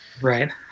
Right